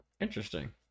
Interesting